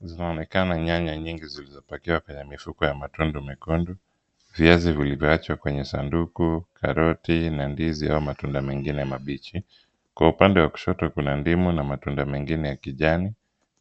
Zinaonekana nyanya nyingi zilizopakiwa kwenye mifuko ya matundu mekundu, viazi vilivyoachwa kwenye sanduku, karoti na ndizi au matunda mengine mabichi. Kwa upande wa kushoto kuna ndimu na matunda mengine ya kijani.